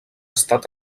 estat